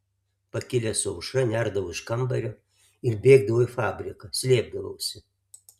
pakilęs su aušra nerdavau iš kambario ir bėgdavau į fabriką slėpdavausi